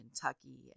Kentucky